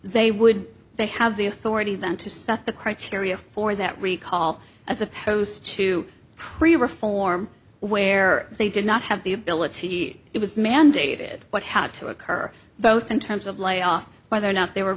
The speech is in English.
they would they have the authority then to set the criteria for that recall as opposed to pre reform where they did not have the ability it was mandated what had to occur both in terms of lay off whether or not they were